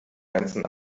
ganzen